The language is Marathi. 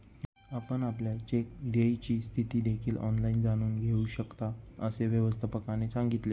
आपण आपल्या चेक देयची स्थिती देखील ऑनलाइन जाणून घेऊ शकता, असे व्यवस्थापकाने सांगितले